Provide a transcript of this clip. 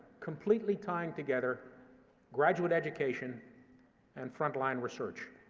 completely tying together graduate education and front-line research.